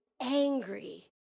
angry